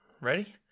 Ready